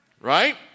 right